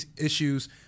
issues